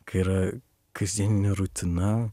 kai yra kasdieninė rutina